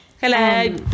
Hello